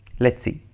let's see.